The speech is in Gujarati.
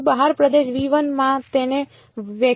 બહાર પ્રદેશ માં તેનું વેક્યૂમ